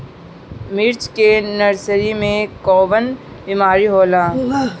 मिर्च के नर्सरी मे कवन बीमारी होला?